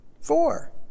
Four